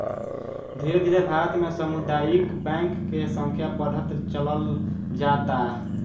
धीरे धीरे भारत में सामुदायिक बैंक के संख्या बढ़त चलल जाता